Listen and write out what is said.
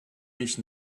mich